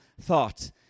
thought